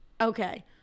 Okay